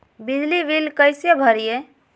बिजली बिल कैसे भरिए?